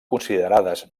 considerades